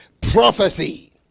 prophecy